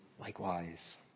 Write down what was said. likewise